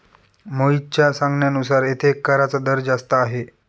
मोहितच्या सांगण्यानुसार येथे कराचा दर जास्त आहे